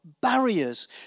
barriers